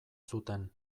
zuten